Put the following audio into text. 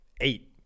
Eight